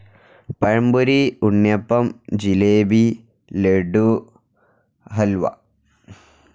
പഴംപൊരി unniyappam jalebi laddu halwa